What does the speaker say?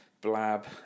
Blab